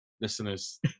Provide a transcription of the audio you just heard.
listeners